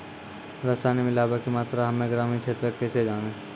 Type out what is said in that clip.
रसायन मिलाबै के मात्रा हम्मे ग्रामीण क्षेत्रक कैसे जानै?